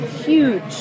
huge